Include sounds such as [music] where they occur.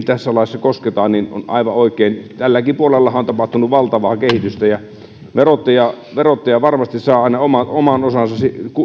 [unintelligible] tässä laissa kosketaan aivan oikein tälläkin puolella on tapahtunut valtavaa kehitystä ja verottaja verottaja varmasti saa aina oman osansa